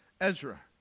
Ezra